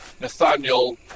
Nathaniel